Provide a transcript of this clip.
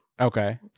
Okay